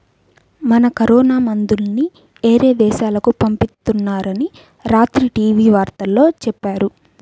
మన కరోనా మందుల్ని యేరే దేశాలకు పంపిత్తున్నారని రాత్రి టీవీ వార్తల్లో చెప్పారు